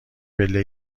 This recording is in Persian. پله